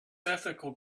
ethical